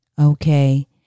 Okay